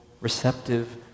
receptive